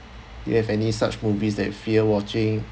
you have any such movies that fear watching